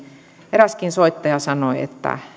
eräskin soittaja sanoi että